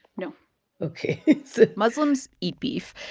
no ok muslims eat beef.